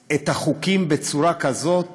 את החוקים בצורה כזאת